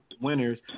winners